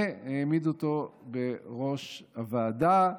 והעמידו אותו בראש הוועדה.